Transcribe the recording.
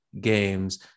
games